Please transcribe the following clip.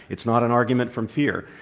it's not an argument from fear.